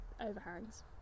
overhangs